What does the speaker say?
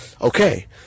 Okay